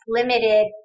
limited